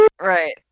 Right